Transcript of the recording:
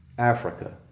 Africa